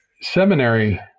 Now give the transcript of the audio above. seminary